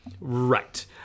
Right